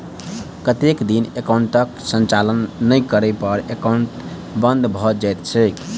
कतेक दिन एकाउंटक संचालन नहि करै पर एकाउन्ट बन्द भऽ जाइत छैक?